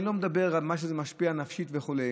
אני לא מדבר על מה שזה משפיע נפשית וכו'